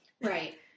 Right